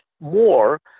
more